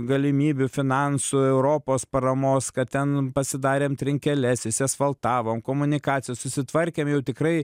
galimybių finansų europos paramos kad ten pasidarėm trinkeles išsiasfaltavom komunikaciją susitvarkėm jau tikrai